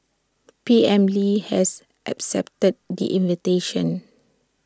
P M lee has accepted the invitation